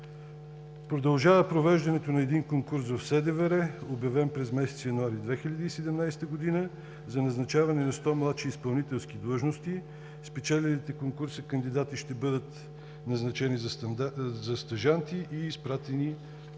Продължава провеждането на един конкурс за СДВР, обявен през месец януари 2017 г., за назначаване на 100 младши изпълнителски длъжности. Спечелилите конкурса кандидати ще бъдат назначени за стажанти и изпратени за